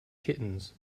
kittens